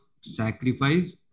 sacrifice